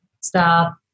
stop